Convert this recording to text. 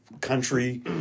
country